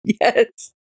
Yes